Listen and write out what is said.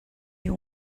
you